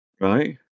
Right